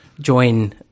join